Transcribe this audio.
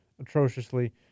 atrociously